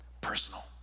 personal